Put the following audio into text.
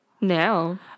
No